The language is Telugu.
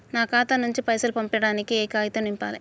నా ఖాతా నుంచి పైసలు పంపించడానికి ఏ కాగితం నింపాలే?